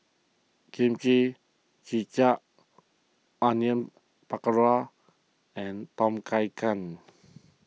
Kimchi Jjigae Onion Pakora and Tom Kha Gai